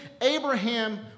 Abraham